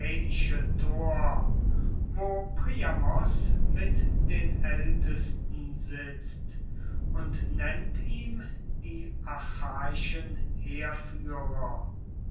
wo priamos mit den älteste sitzt und nennt ihm die achaiische heerführer